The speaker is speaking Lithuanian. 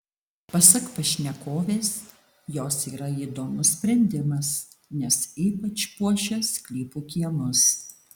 pasak pašnekovės jos yra įdomus sprendimas nes ypač puošia sklypų kiemus